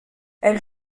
elle